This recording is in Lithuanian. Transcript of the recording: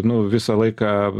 nu visą laiką